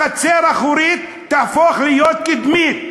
החצר האחורית תהפוך להיות קדמית.